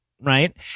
right